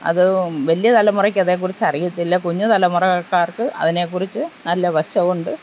അത് വലിയ തലമുറയ്ക്ക് അതിനെക്കുറിച്ച് അറിയത്തില്ല കുഞ്ഞു തലമുറക്കാർക്ക് അതിനെക്കുറിച്ച് നല്ല വശമുണ്ട്